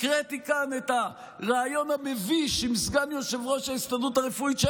הקראתי כאן את הריאיון המביש עם סגן יושב-ראש ההסתדרות הרפואית,